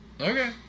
Okay